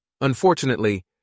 Unfortunately